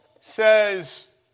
says